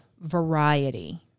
variety